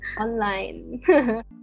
online